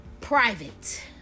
private